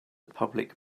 public